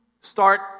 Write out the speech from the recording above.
start